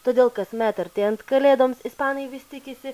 todėl kasmet artėjant kalėdoms ispanai vis tikisi